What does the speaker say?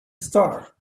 star